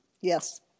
Yes